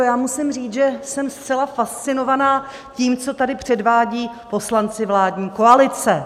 Já musím říct, že jsem zcela fascinovaná tím, co tady předvádí poslanci vládní koalice.